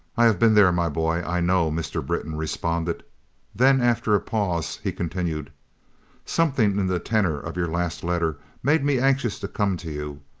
have been there, my boy i know, mr. britton responded then, after a pause, he continued something in the tenor of your last letter made me anxious to come to you.